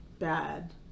bad